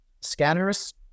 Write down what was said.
Scanners